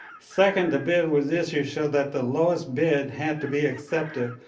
second, the bid was this year showed that the lowest bid had to be accepted,